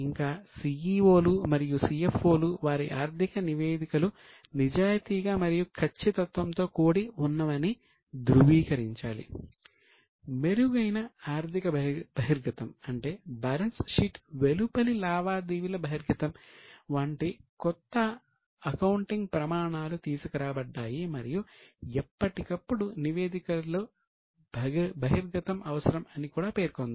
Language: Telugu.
ఇంకా CEO లు మరియు CFO లు వారి ఆర్థిక నివేదికలు నిజాయితీగా మరియు ఖచ్చితత్వం తో కూడి ఉన్నవని ధృవీకరించాలి మెరుగైన ఆర్థిక బహిర్గతం అంటే బ్యాలెన్స్ షీట్ వెలుపలి లావాదేవీల బహిర్గతం వంటి కొత్త అకౌంటింగ్ ప్రమాణాలు తీసుకురాబడ్డాయి మరియు ఎప్పటికప్పుడు నివేదికల బహిర్గతం అవసరం అని కూడా పేర్కొంది